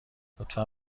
لطفا